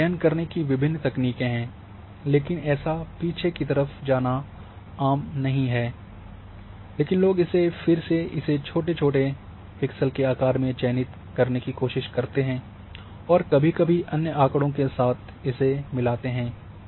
यह चयन करने की विभिन्न तकनीक़ें हैं लेकिन ऐसा पीछे की तरफ़ जाना आम नहीं है लेकिन लोग इसे फिर से इसे छोटे पिक्सेल के आकार में चयनित करने की कोशिश करते हैं और कभी कभी अन्य आँकड़ों के साथ इसे मिलते हैं